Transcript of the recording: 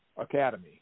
Academy